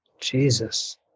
Jesus